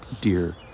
dear